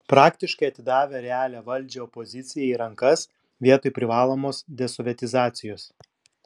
praktiškai atidavę realią valdžią opozicijai į rankas vietoj privalomos desovietizacijos